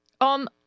on